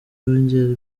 byongera